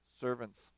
servants